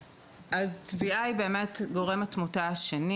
טביעה היא גורם התמותה השני